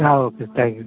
ആ okay thank you